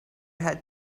had